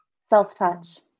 self-touch